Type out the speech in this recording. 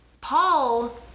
Paul